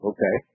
Okay